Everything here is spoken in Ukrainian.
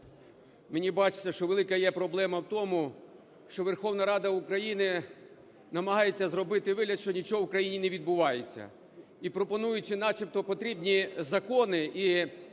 мені бачиться, що велика є проблема в тому, що Верховна Рада України намагається зробити вигляд, що нічого в країні не відбувається. І пропонуючи начебто потрібні закони